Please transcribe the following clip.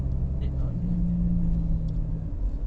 dead ah okay dead airtime